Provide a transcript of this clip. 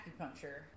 acupuncture